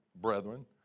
brethren